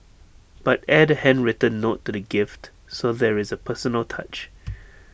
but add A handwritten note to the gift so there is A personal touch